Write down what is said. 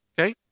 Okay